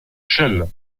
shell